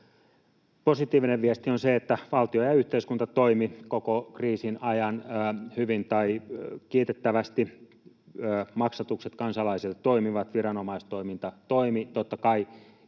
Positiivinen viesti on se, että valtio ja yhteiskunta toimivat koko kriisin ajan hyvin tai kiitettävästi. Maksatukset kansalaisille toimivat, viranomaistoiminta toimi.